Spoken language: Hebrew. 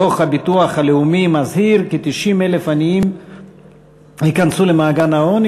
דוח הביטוח הלאומי מזהיר כי כ-90,000 עניים ייכנסו למעגל העוני